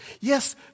Yes